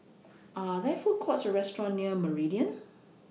Are There Food Courts Or restaurants near Meridian